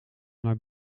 naar